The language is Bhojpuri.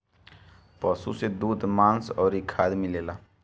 पशु से दूध, मांस अउरी खाद मिलेला